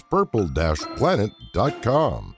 Purple-Planet.com